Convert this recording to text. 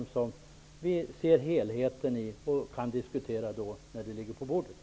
Då kan vi se helheten och då kan vi diskutera frågan.